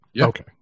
Okay